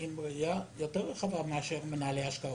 עם ראייה יותר רחבה מאשר מנהלי השקעות.